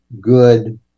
good